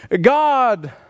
God